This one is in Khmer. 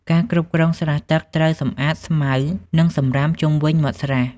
ការគ្រប់គ្រងស្រះទឹកត្រូវសម្អាតស្មៅ និងសំរាមជុំវិញមាត់ស្រះ។